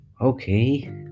okay